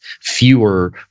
fewer